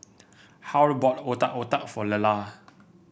Harl bought Otak Otak for Lelah